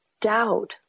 doubt